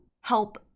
help